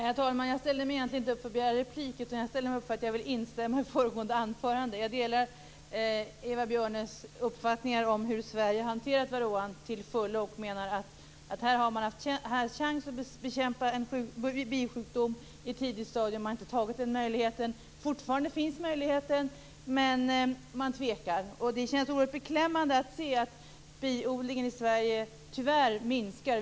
Herr talman! Jag ställde mig egentligen inte upp för att begära replik, utan jag ställde mig upp för att jag ville instämma i föregående anförande. Jag delar till fullo Eva Björnes uppfattningar om hur Sverige har hanterat varroan. Jag menar att man har haft möjlighet att bekämpa en bisjukdom på ett tidigt stadium, men man har inte tagit denna möjlighet. Fortfarande finns denna möjlighet, men man tvekar. Det känns oerhört beklämmande att se att biodlingen i Sverige tyvärr minskar.